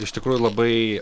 iš tikrųjų labai